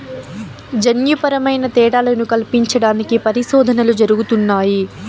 జన్యుపరమైన తేడాలను కల్పించడానికి పరిశోధనలు జరుగుతున్నాయి